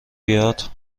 بیاد